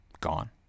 Gone